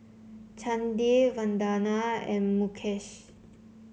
Chandi Vandana and Mukesh